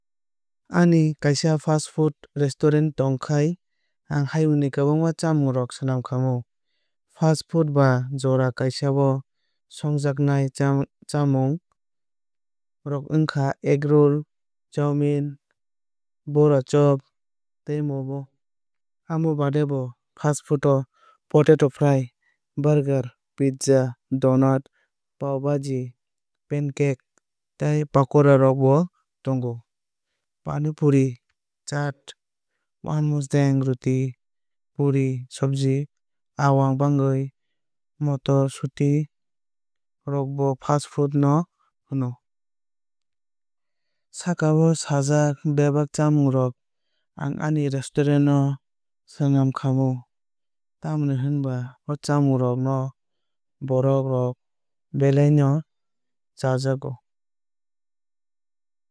Ani kaisa fast food resturant tongkhai ang hayung ni kwbangma chamung rok songkhamu. Fast food ba jora kisa o songjaknai chamung rok wngkha egg rool chaumin bora chop tei momo. Amo baade bo fast food o potato fry burger pizza donuts pav baji pancake tei pakora rok bo tongo. Paani puri chaat wahan mosdeng ruti puri sabji awaang bangwui motor suti rokno bo fast food no hino. Saka o sajak bebak chamung rok ang ani resturant o swnamkhamu. Tamoni hinba o chamung rok no borok rok belai no chajago.